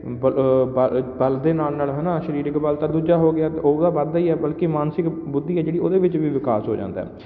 ਬਲ ਦੇ ਨਾਲ ਨਾਲ ਹੈ ਨਾ ਸਰੀਰਿਕ ਬਲ ਤਾਂ ਦੂਜਾ ਹੋ ਗਿਆ ਵੱਧਦਾ ਹੀ ਹੈ ਬਲਕਿ ਮਾਨਸਿਕ ਬੁੱਧੀ ਹੈ ਜਿਹੜੀ ਓਹਦੇ ਵਿੱਚ ਵੀ ਵਿਕਾਸ ਹੋ ਜਾਂਦਾ